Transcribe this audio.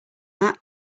that